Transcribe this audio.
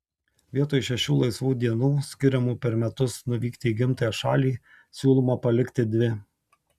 vietoj šešių laisvų dienų skiriamų per metus nuvykti į gimtąją šalį siūloma palikti dvi